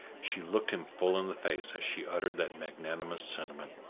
she looked him full in the face as she uttered that magnanimous sentiment.